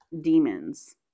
demons